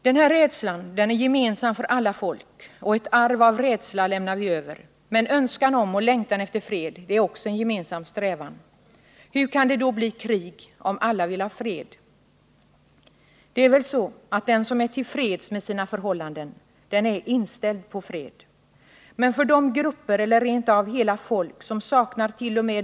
Denna rädsla är en gemensam egendom för alla folk, och ett arv av rädsla lämnar vi över. Men önskan om och längtan efter fred är också en gemensam strävan. Hur kan det då bli krig, om alla vill ha fred? Det är väl så att den som är till freds med sina förhållanden är inställd på fred. Men de grupper eller rent av hela folk som saknart.o.m.